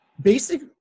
basic